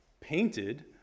painted